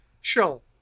shell